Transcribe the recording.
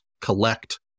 collect